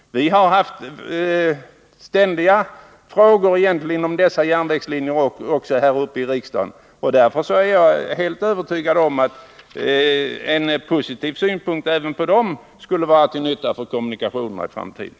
Vi har haft frågor om dessa järnvägslinjer uppe till debatt i riksdagen, och därför är jag helt övertygad om att en positiv synpunkt även på dessa skulle vara till nytta för kommunikationerna i framtiden.